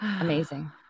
amazing